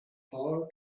bar